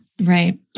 Right